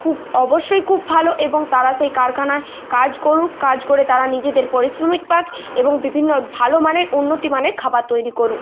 খুব অবশ্যই খুব ভালো এবং তারা সেই কারখানায় কাজ করুক কাজ করে তারা নিজেদের পারিশ্রমিক পাক এবং বিভিন্ন ভালো মানের উন্নত মানের খাবার তৈরি করুক